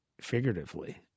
figuratively